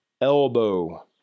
elbow